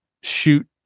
shoot